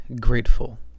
grateful